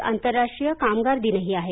आज आंतरराष्ट्रीय कामगार दिनही आहे